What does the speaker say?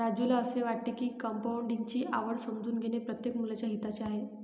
राजूला असे वाटते की कंपाऊंडिंग ची आवड समजून घेणे प्रत्येक मुलाच्या हिताचे आहे